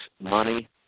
money